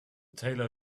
taylor